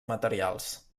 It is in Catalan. materials